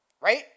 right